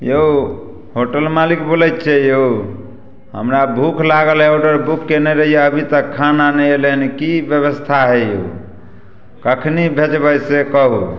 यौ होटल मालिक बोलै छिए यौ हमरा भूख लागल हइ ऑडर बुक कएने रहिए अभी तक खाना नहि अएलै कि बेबस्था हइ यौ कखन भेजबै से कहू